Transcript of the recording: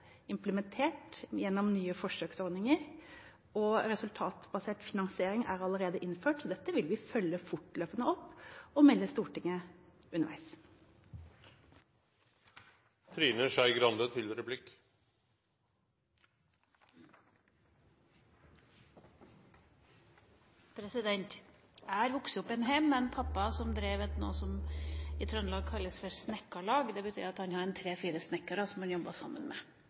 implementert gjennom nye forsøksordninger, og resultatbasert finansiering er allerede innført. Dette vil vi følge opp fortløpende, og melde til Stortinget underveis. Jeg har vokst opp i en heim med en pappa som drev noe som i Trøndelag kalles for «snekkarlag». Det betyr at han hadde tre–fire snekkere som han jobbet sammen med.